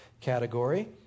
category